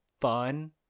fun